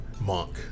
Monk